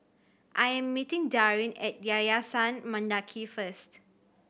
I am meeting Darin at Yayasan Mendaki first